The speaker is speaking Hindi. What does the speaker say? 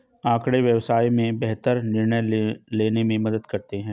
आँकड़े व्यवसाय में बेहतर निर्णय लेने में मदद करते हैं